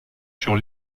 sur